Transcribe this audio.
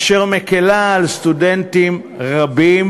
אשר מקלה על סטודנטים רבים,